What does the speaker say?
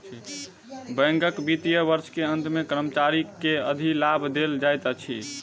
बैंकक वित्तीय वर्ष के अंत मे कर्मचारी के अधिलाभ देल जाइत अछि